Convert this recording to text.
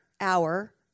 hour